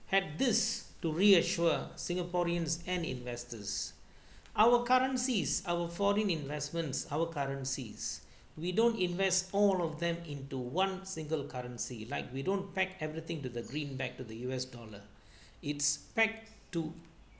had this to reassure singaporeans and investors our currencies our foreign investments our currencies we don't invest all of them into one single currency like we don't pack everything to the greenback to the U_S dollar it's packed to